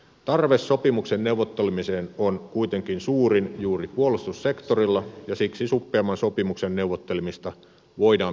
tarve sopimuksen neuvottelemiseen on kuitenkin suurin juuri puolustussektorilla ja siksi suppeamman sopimuksen neuvottelemista voidaan pitää perusteltuna